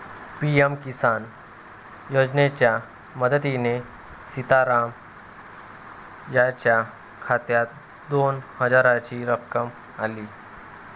PM Kisan योजनेच्या मदतीने सीताराम यांच्या खात्यात दोन हजारांची रक्कम आली